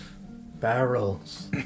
Barrels